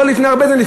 לא לפני הרבה זמן,